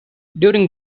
during